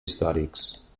històrics